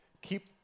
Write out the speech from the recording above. Keep